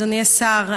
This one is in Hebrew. אדוני השר,